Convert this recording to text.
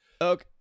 Okay